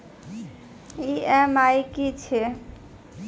EMI की छिये?